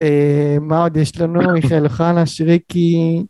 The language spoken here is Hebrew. מה עוד יש לנו? מיכאל אוחנה שריקי